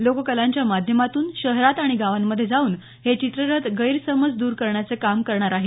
लोककलांच्या माध्यमातून शहरात आणि गावांमध्ये जाऊन हे चित्ररथ गैरसमज द्र करण्याचं काम करणार आहेत